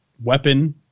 weapon